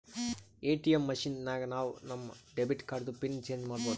ATM machine ನಾಗ್ ನಾವ್ ನಮ್ ಡೆಬಿಟ್ ಕಾರ್ಡ್ದು ಪಿನ್ ಚೇಂಜ್ ಮಾಡ್ಬೋದು